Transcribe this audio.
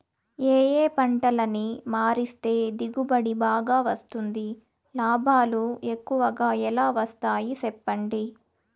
ఏ ఏ పంటలని మారిస్తే దిగుబడి బాగా వస్తుంది, లాభాలు ఎక్కువగా ఎలా వస్తాయి సెప్పండి